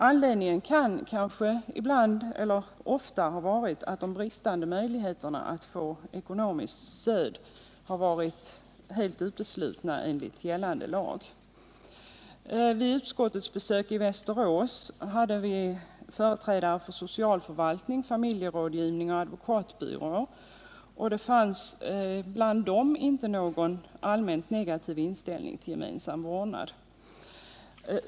Anledningen kan kanske ofta ha varit att möjligheterna att få ekonomiskt stöd har varit helt uteslutna enligt gällande lag. Vid utskottets besök i Västerås träffade vi företrädare för socialförvaltningen — bl.a. familjerådgivningsbyrån — och för advokatbyråer. Bland dem fanns det inte någon allmänt negativ inställning till gemensam vårdnad.